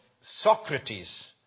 Socrates